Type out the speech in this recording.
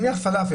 נניח חנות פלאפל.